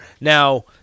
Now